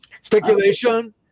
speculation